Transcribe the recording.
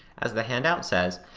as the handout says,